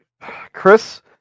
Chris